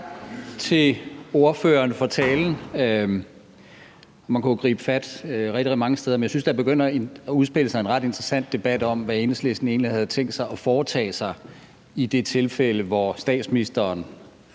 Tak til ordføreren for talen. Man kunne jo gribe fat rigtig, rigtig mange steder, men jeg synes, der begynder at udspille sig en ret interessant debat om, hvad Enhedslisten egentlig har tænkt sig at foretage sig i det tilfælde, hvor statsministeren